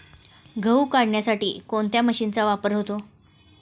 गहू काढण्यासाठी कोणत्या मशीनचा वापर होतो?